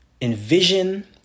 envision